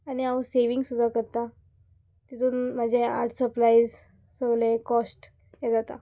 आनी हांव सेवींग सुद्दां करता तितून म्हाजे आर्ट सप्लायज सगले कॉस्ट हे जाता